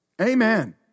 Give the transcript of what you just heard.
Amen